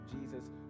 Jesus